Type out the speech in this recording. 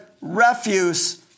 refuse